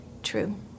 true